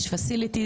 יש פטליטיס,